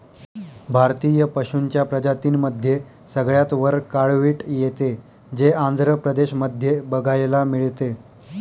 भारतीय पशूंच्या प्रजातींमध्ये सगळ्यात वर काळवीट येते, जे आंध्र प्रदेश मध्ये बघायला मिळते